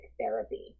therapy